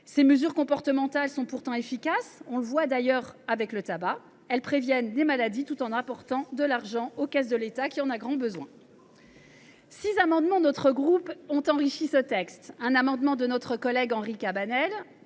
Ces mesures comportementales sont pourtant efficaces ; nous le voyons d’ailleurs avec le tabac. Elles préviennent des maladies tout en apportant de l’argent aux caisses de l’État, qui en a grand besoin. Six amendements de notre groupe ont enrichi le texte. Je pense à un amendement de notre collègue Henri Cabanel